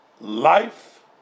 life